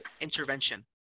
intervention